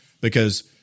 because-